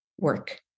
Work